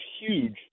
huge